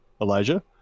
Elijah